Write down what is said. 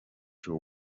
you